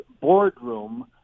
boardroom